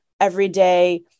everyday